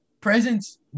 Presence